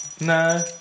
No